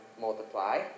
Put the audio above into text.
multiply